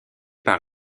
par